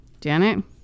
Janet